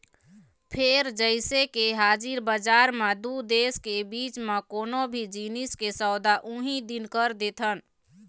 फेर जइसे के हाजिर बजार म दू देश के बीच म कोनो भी जिनिस के सौदा उहीं दिन कर देथन